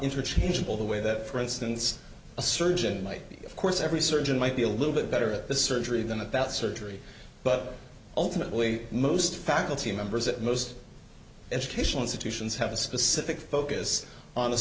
interchangeable the way that for instance a surgeon might of course every surgeon might be a little bit better at the surgery than about surgery but ultimately most faculty members at most educational institutions have a specific focus on a